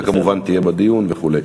ואתה כמובן תהיה בדיון וכו'.